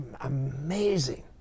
amazing